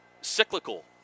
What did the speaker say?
cyclical